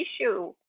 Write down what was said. issue